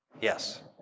Yes